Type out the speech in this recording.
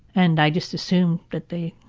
and, i just assumed that they